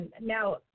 Now